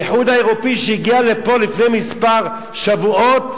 האיחוד האירופי, שהגיע לפה לפני כמה שבועות,